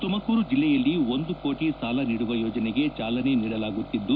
ತುಮಕೂರು ಜಿಲ್ಲೆಯಲ್ಲಿ ಒಂದು ಕೋಟಿ ಸಾಲ ನೀಡುವ ಯೋಜನೆಗೆ ಚಾಲನೆ ನೀಡಲಾಗುತ್ತಿದ್ದು